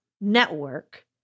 Network